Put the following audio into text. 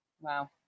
Wow